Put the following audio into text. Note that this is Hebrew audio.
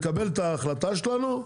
לקבל את ההחלטה שלנו,